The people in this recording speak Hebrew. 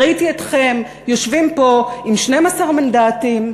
ראיתי אתכם יושבים פה עם 12 מנדטים,